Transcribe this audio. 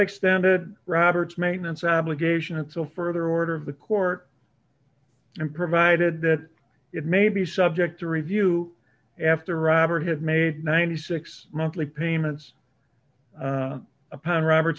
extended robert's maintenance obligation until further order of the court and provided that it may be subject to review after robert had made ninety six monthly payments upon robert